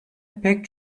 pek